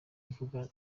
mvuga